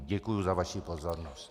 Děkuji za vaši pozornost.